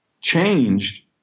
changed